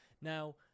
Now